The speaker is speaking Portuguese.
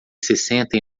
sessenta